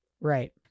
right